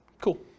Cool